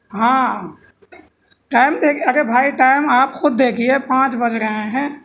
ہاں ٹائم دیکھ ابے بھائی ٹائم آپ خود دیکھیے پانچ بج گئے ہیں